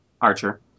archer